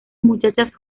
muchachas